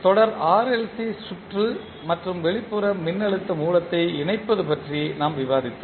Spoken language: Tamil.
தொடர் R L C சுற்று மற்றும் வெளிப்புற மின்னழுத்த மூலத்தை இணைப்பது பற்றி நாம் விவாதித்தோம்